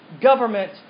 government